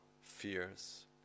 fears